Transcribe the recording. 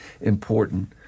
important